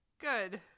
good